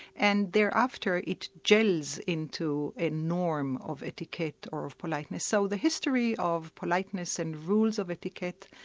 and thereafter it jells into a norm of etiquette or of politeness, so the history of politeness and rules of etiquette,